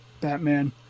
Batman